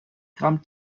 gramm